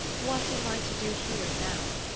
what am i to do here now?